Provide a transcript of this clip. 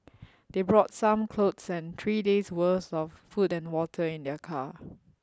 they brought some clothes and three days’ worth of food and water in their car.